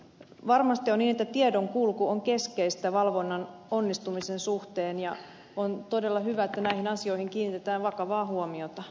varmasti on niin että tiedonkulku on keskeistä valvonnan onnistumisen suhteen ja on todella hyvä että näihin asioihin kiinnitetään vakavaa huomiota